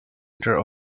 centre